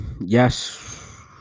yes